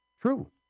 True